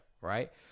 right